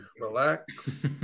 relax